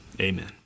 Amen